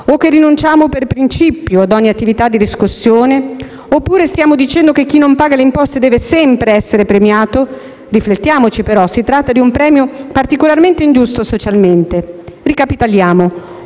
O che rinunciamo per principio a ogni attività di riscossione? Oppure stiamo dicendo che chi non paga le imposte deve sempre essere premiato? Riflettiamoci però: si tratta di un premio particolarmente ingiusto socialmente. Ricapitoliamo: